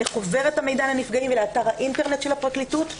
לחוברת המידע לנפגעים ולאתר האינטרנט של הפרקליטות.